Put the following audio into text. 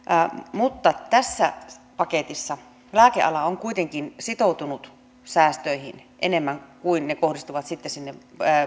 mutta tässä paketissa lääkeala on kuitenkin sitoutunut säästöihin enemmän kuin että ne kohdistuisivat sitten sinne